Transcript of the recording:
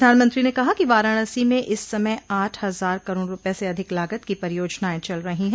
प्रधानमंत्री ने कहा कि वाराणसी में इस समय आठ हजार करोड रुपये से अधिक लागत की परियोजनाएं चल रही हैं